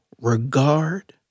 regard